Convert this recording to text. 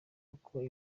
uko